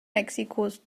mexikos